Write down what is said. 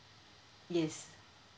yes